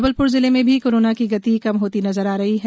जबलप्र जिले में भी कोरोना कि गति कम होती नजर आ रही है